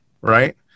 right